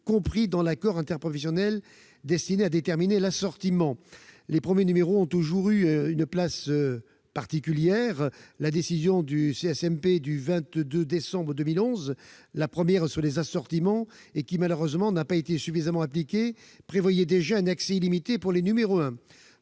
compris dans l'accord interprofessionnel destiné à déterminer l'assortiment. Les premiers numéros ont toujours eu une place particulière. La décision du Conseil supérieur des messageries de presse, le CSMP, du 22 décembre 2011, la première sur les assortiments, et qui malheureusement n'a pas été suffisamment appliquée, prévoyait déjà un accès illimité pour les premiers